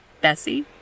Bessie